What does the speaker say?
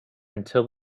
until